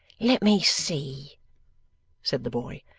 let me see said the boy,